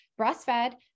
breastfed